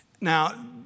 Now